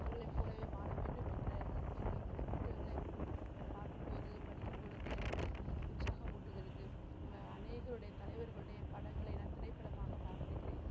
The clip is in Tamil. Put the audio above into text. அவர்களை போலவே வாழ வேண்டும் என்ற எண்ணம் இந்த புத்தகங்களை நம்ம பார்க்கும்போது படிக்கும்பொழுது எனக்கு உற்சாகம் ஊட்டுகிறது அநேகருடைய தலைவர்களுடைய படங்களை நான் திரைப்படமாக பார்த்திருக்கிறேன்